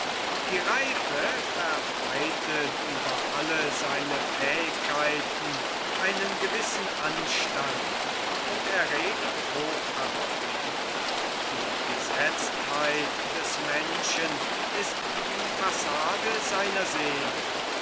die reife verbreitet über alle seine fähigkeiten einen gewissen austand und erregt hochachtung die gesetztheit des menschen ist die fassade seiner seele